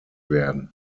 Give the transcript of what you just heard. werden